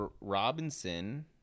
Robinson